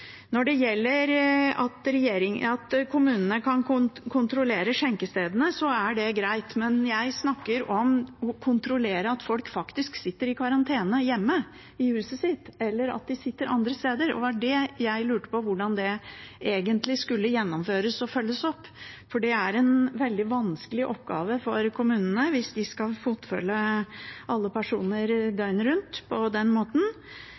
Når det gjelder at kommunene kan kontrollere skjenkestedene, er det greit, men jeg snakker om å kontrollere at folk faktisk sitter i karantene hjemme i huset sitt, eller at de sitter andre steder. Det var det jeg lurte på hvordan egentlig skulle gjennomføres og følges opp, for det er en veldig vanskelig oppgave for kommunene hvis de skal fotfølge alle personer døgnet rundt på den måten.